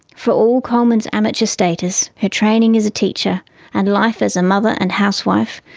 for all coleman's amateur status, her training as a teacher and life as a mother and housewife,